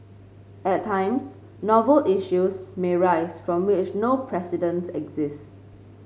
at times novel issues may arise from which no precedents exist